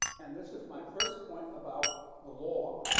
and this is my first point about the law.